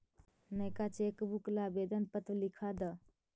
नएका चेकबुक ला आवेदन पत्र लिखा द